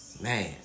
Man